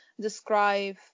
describe